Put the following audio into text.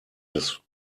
des